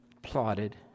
plotted